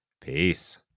Peace